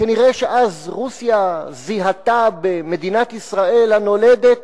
כנראה אז רוסיה זיהתה במדינת ישראל הנולדת